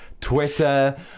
twitter